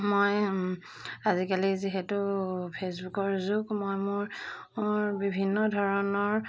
মই আজিকালি যিহেতু ফেচবুকৰ যুগ মই মোৰ বিভিন্ন ধৰণৰ